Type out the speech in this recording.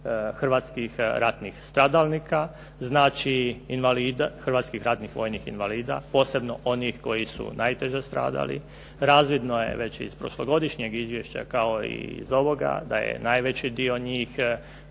hrvatskih ratnih stradalnika. Znači, invalida hrvatskih ratnih vojnih invalida posebno onih koji su najteže stradali. Razvidno je već i iz prošlogodišnjeg izvješća kao i iz ovoga da je najveći dio njih